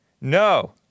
No